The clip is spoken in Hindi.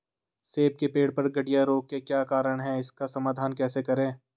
सेब के पेड़ पर गढ़िया रोग के क्या कारण हैं इसका समाधान कैसे करें?